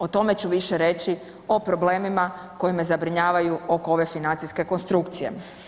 O tome ću više reći o problemima koji me zabrinjavaju oko ove financijske konstrukcije.